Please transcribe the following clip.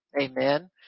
Amen